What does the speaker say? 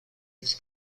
its